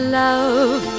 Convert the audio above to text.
love